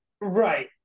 Right